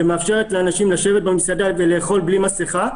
ומאפשרת לאנשים לשבת במסעדה ולאכול בלי מסכה,